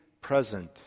present